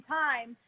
time